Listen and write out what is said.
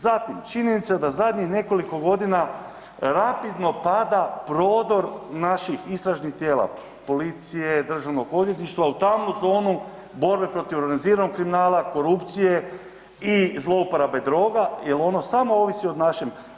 Zatim činjenica da zadnjih nekoliko godina rapidno pada prodor naših istražnih tijela policije, državnog odvjetništva u tamnu zonu borbe protiv organiziranog kriminala, korupcije i zlouporabe droga jer ono samo ovisi o našem.